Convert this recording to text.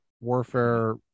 warfare